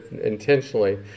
intentionally